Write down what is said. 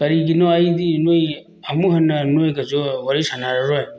ꯀꯔꯤꯒꯤꯅꯣ ꯑꯩꯗꯤ ꯅꯣꯏ ꯑꯃꯨꯛ ꯍꯟꯅ ꯅꯣꯏꯒꯁꯨ ꯋꯥꯔꯤ ꯁꯥꯅꯔꯔꯣꯏ